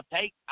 take